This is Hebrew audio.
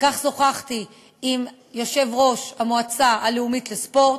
על כך שוחחתי עם יושב-ראש המועצה הלאומית לספורט.